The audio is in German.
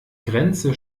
grenze